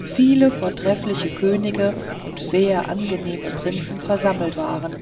viele vortreffliche könige und sehr angenehme prinzen versammelt waren